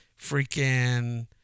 freaking